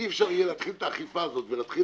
אי אפשר יהיה להתחיל את האכיפה הזאת ולהתחיל